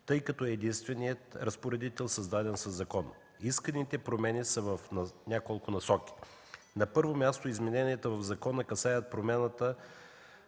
тъй като е единственият разпоредител, създаден със закон. Исканите промени са в няколко насоки. На първо място, измененията в закона касаят промяна